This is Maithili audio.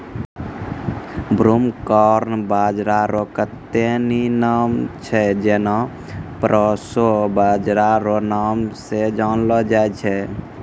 ब्रूमकॉर्न बाजरा रो कत्ते ने तरह के नाम छै जेना प्रोशो बाजरा रो नाम से जानलो जाय छै